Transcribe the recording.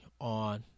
on